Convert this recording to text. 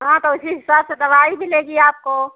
हाँ तो उसी हिसाब से दवाई मिलेगी आपको